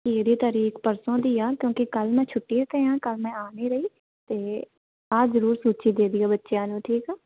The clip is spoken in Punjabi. ਇਹ ਦੀ ਤਾਰੀਖ਼ ਪਰਸੋਂ ਦੀ ਆ ਕਿਉਂਕਿ ਕੱਲ੍ਹ ਮੈਂ ਛੁੱਟੀ 'ਤੇ ਹਾਂ ਕੱਲ੍ਹ ਮੈਂ ਆ ਨਹੀਂ ਰਹੀ ਅਤੇ ਅਹ ਜ਼ਰੂਰ ਸੂਚੀ ਦੇ ਦਿਓ ਬੱਚਿਆਂ ਨੂੰ ਠੀਕ ਆ